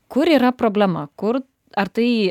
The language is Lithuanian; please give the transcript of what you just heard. kur yra problema kur ar tai